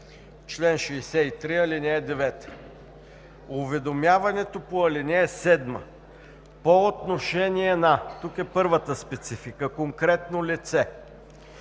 чл. 63, ал. 9: „Уведомяването по ал. 7 по отношение на – тук е първата специфика – конкретно лице